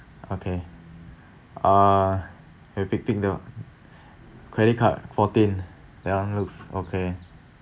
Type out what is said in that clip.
okay uh I pick pick the credit card fourteen that one looks okay